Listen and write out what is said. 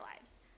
lives